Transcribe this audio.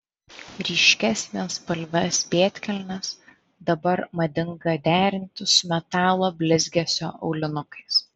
ryškias vienspalves pėdkelnes dabar madinga derinti su metalo blizgesio aulinukais